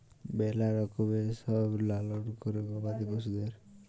ম্যালা রকমের সব লালল ক্যরে গবাদি পশুদের